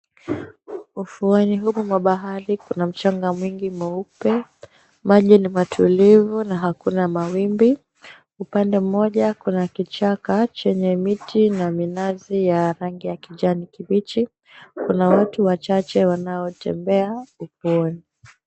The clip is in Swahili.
Ufuoni humu mwa bahari mna mchanga mwingi mweupe, maji ni matulivu na hakuna mawimbi, upande mmoja kuna kichaka chenye miti na minazi ya rangi ya kijani kibichi, kuna watu wachache wanaotembea ufuoni.